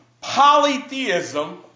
polytheism